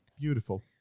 beautiful